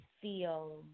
feel